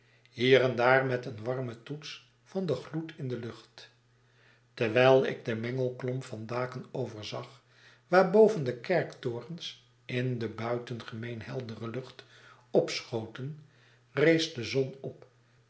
hier en daar met een warmen toets van den gloed in de lucht terwijl ik den mengelklomp van daken overzag waarboven de kerktorens in de buitengemeen heldere lucht opschoten rees de zon op